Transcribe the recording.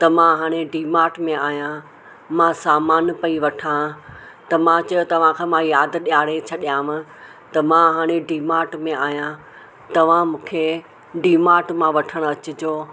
त मां हाणे डीमाट में आहियां मां सामान पई वठां त मां चयो तव्हांखे मां यादि ॾियारे छॾियांव त मां हाणे डीमाट में आहियां तव्हां मूंखे डीमाट मां वठणु अचिजो